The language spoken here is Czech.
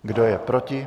Kdo je proti?